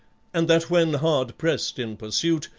and that when hard pressed in pursuit,